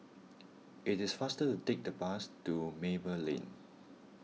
it is faster to take the bus to Maple Lane